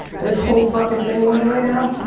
this whole fuckin' thing we're in right now,